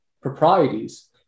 proprieties